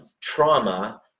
trauma